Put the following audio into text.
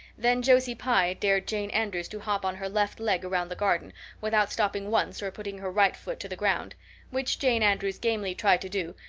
then josie pye dared jane andrews to hop on her left leg around the garden without stopping once or putting her right foot to the ground which jane andrews gamely tried to do,